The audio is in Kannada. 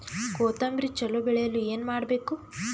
ಕೊತೊಂಬ್ರಿ ಚಲೋ ಬೆಳೆಯಲು ಏನ್ ಮಾಡ್ಬೇಕು?